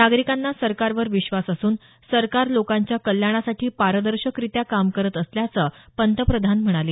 नागरिकांना सरकारवर विश्वास असून सरकार लोकांच्या कल्याणासाठी पारदर्शकरित्या काम करत असल्याचं पंतप्रधान म्हणाले